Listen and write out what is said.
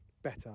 Better